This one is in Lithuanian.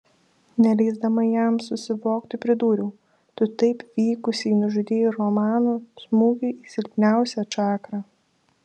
neleisdama jam susivokti pridūriau tu taip vykusiai nužudei romaną smūgiu į silpniausią čakrą